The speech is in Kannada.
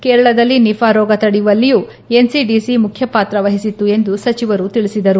ಕೇರಳದಲ್ಲಿ ನಿಫಾ ರೋಗ ತಡೆಯುವಲ್ಲಿಯೂ ಎನ್ಸಿಡಿಸಿ ಮುಖ್ಯ ಪಾತ್ರ ವಹಿಸಿತ್ತು ಎಂದು ಸಚಿವರು ತಿಳಿಸಿದರು